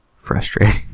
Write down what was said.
frustrating